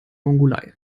mongolei